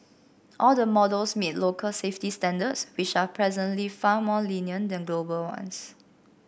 all the models meet local safety standards which are presently far more lenient than global ones